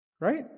Right